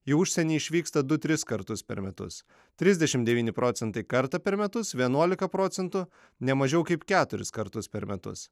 į užsienį išvyksta du tris kartus per metus trisdešimt devyni procentai kartą per metus vienuolika procentų ne mažiau kaip keturis kartus per metus